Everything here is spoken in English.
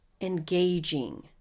engaging